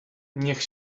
niech